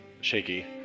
shaky